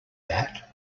that